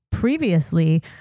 previously